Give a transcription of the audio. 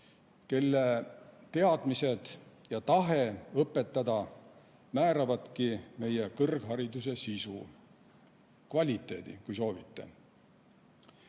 kelle teadmised ja tahe õpetada määravadki meie kõrghariduse sisu, kvaliteedi, kui soovite